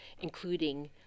including